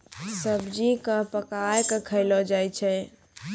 सब्जी क पकाय कॅ खयलो जाय छै